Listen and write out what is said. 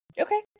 Okay